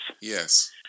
Yes